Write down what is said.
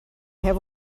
have